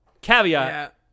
Caveat